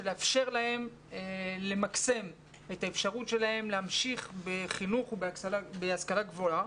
לאפשר להם למקסם את האפשרות שלהם להמשיך בחינוך ובהשכלה גבוהה.